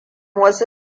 wasu